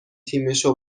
تیمشو